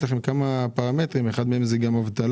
יש לכם כמה פרמטרים כאשר אחד מהם הוא גם אבטלה